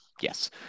yes